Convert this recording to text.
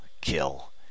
kill